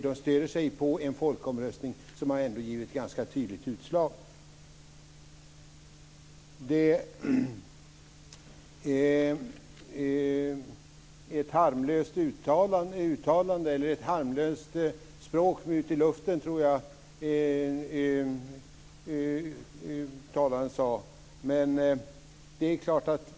De stöder sig på en folkomröstning som ändå har givit ett ganska tydligt utslag. Det var ett harmlöst uttalande, en harmlös språkmyt ut i luften, sade talaren.